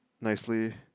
nicely